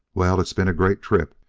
well, it's been a great trip.